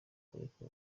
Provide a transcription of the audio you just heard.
kureka